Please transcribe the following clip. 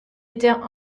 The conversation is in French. était